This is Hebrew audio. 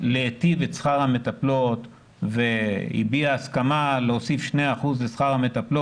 להיטיב את שכר המטפלות והביע הסכמה להוסיף 2% לשכרן,